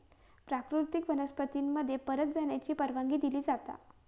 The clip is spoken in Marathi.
प्राकृतिक वनस्पती मध्ये परत जाण्याची परवानगी दिली जाता